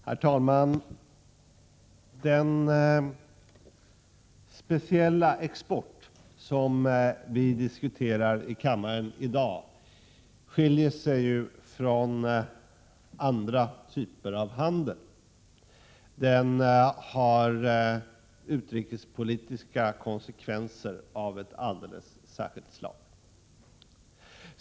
Herr talman! Den speciella export som vi diskuterar i kammaren i dag skiljer sig ju från andra typer av handel. Den har utrikespolitiska konsekvenser av ett alldeles särskilt slag.